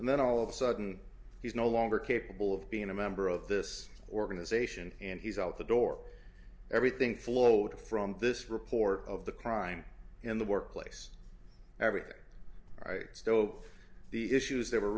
and then all of a sudden he's no longer capable of being a member of this organization and he's out the door everything flowed from this report of the crime in the workplace everything right so the issues that were